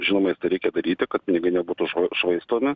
žinoma ir tai reikia daryti kad pinigai nebūtų švaistomi